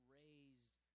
raised